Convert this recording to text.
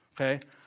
Okay